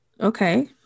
okay